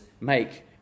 make